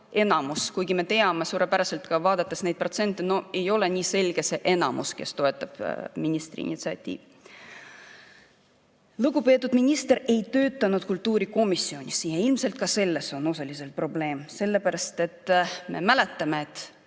enamus. Me teame suurepäraselt, vaadates neid protsente, et ei ole nii selge see enamus, kes toetab ministri initsiatiivi. Lugupeetud minister ei töötanud kultuurikomisjonis. Ilmselt ka selles on osaliselt probleem, sellepärast et me mäletame, et